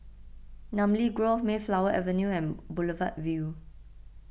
Namly Grove Mayflower Avenue and Boulevard Vue